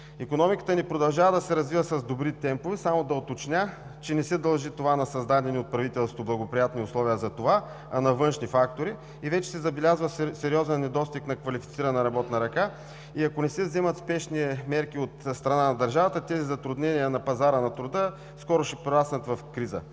Икономиката ни продължава да се развива с добри темпове. Само да уточня, че не се дължи на създадени от правителството благоприятни условия за това, а на външни фактори. Вече се забелязва сериозен недостиг на квалифицирана работна ръка, и ако не се вземат спешни мерки от страна на държавата, тези затруднения на пазара на труда скоро ще прераснат в криза.